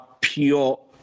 pure